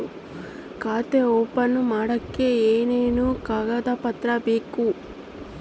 ಖಾತೆ ಓಪನ್ ಮಾಡಕ್ಕೆ ಏನೇನು ಕಾಗದ ಪತ್ರ ಬೇಕು?